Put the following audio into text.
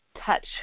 touch